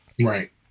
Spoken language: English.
right